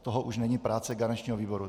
To už není práce garančního výboru.